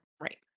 right